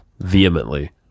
vehemently